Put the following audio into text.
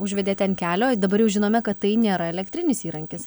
užvedėte an kelio dabar jau žinome kad tai nėra elektrinis įrankis